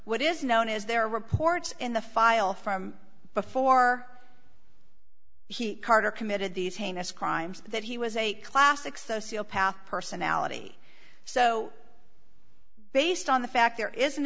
what is known is there are reports in the file from before he carter committed these heinous crimes that he was a classic sociopathic personality so based on the fact there is an